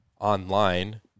online